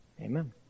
amen